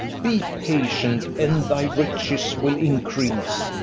be patient, and thy riches will increase.